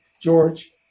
George